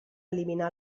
eliminar